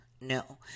No